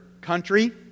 country